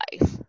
life